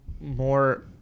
more